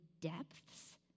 depths